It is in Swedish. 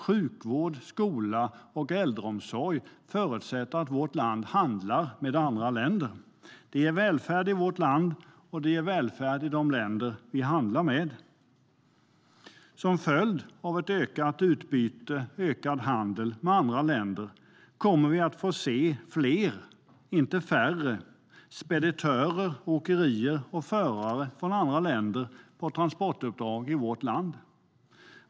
Sjukvård, skola och äldreomsorg förutsätter att vårt land handlar med andra länder. Det ger välfärd i vårt land och det ger välfärd i de länder som vi handlar med. Som en följd av ökad handel och ökat utbyte med andra länder kommer vi att få se fler, inte färre, speditörer, åkerier och förare från andra länder på transportuppdrag i vårt land.